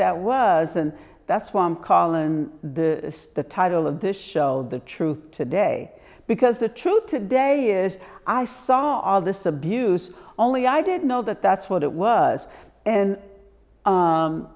that was and that's one call and the the title of the show the truth today because the truth today is i saw all this abuse only i didn't know that that's what it was and u